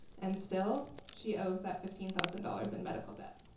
and still she owes that fifteen thousand dollars in medical debt.